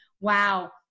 wow